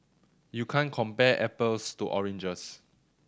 you can't compare apples to oranges